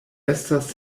estas